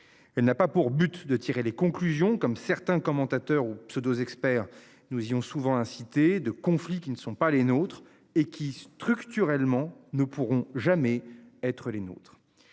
Elle n'a pas pour but de tirer les conclusions comme certains commentateurs ou se experts nous y ont souvent incité de conflits qui ne sont pas les nôtres et qui structurellement ne pourront jamais être les nôtres.